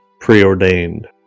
preordained